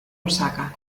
osaka